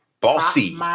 Bossy